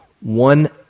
One